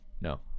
No